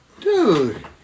dude